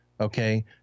okay